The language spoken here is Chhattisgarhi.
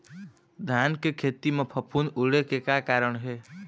धान के खेती म फफूंद उड़े के का कारण हे?